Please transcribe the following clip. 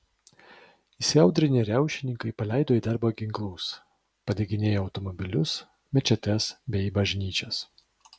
įsiaudrinę riaušininkai paleido į darbą ginklus padeginėjo automobilius mečetes bei bažnyčias